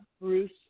Bruce